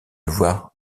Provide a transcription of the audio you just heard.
voir